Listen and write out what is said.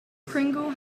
pringle